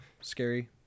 scary